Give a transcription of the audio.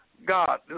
God